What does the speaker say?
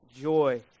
joy